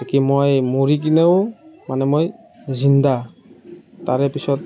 বাকী মই মৰিকেনেও মানে মই জিন্দা তাৰে পিছত